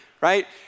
right